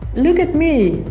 look at me!